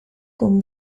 con